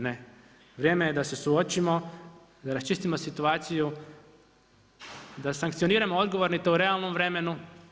Ne, vrijeme je da se suočimo, da raščistimo situaciju, da sankcioniramo odgovorne i to u realnom vremenu.